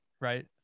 right